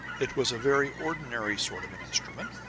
it was a very ordinary sort of an instrument,